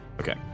Okay